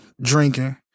Drinking